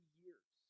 years